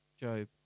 Job